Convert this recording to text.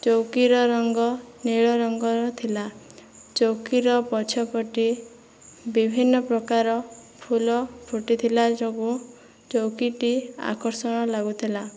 ଚଉକିର ରଙ୍ଗ ନୀଳ ରଙ୍ଗର ଥିଲା ଚଉକିର ପଛପଟେ ବିଭିନ୍ନପ୍ରକାରର ଫୁଲ ଫୁଟିଥିଲା ଯୋଗୁଁ ଚଉକିଟି ଆକର୍ଷଣ ଲାଗୁଥିଲା